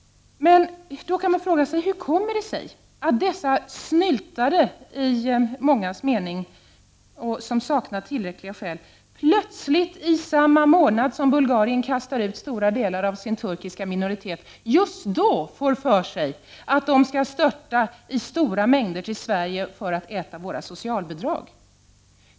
Man kan då fråga sig hur det kommer sig att dessa, i mångas mening, snyltare som saknar tillräckliga skäl, plötsligt i samma månad som Bulgarien kastar ut stora delar av sin turkiska minoritet, får för sig att de skall störta till Sverige i stora mängder för att äta våra socialbidrag.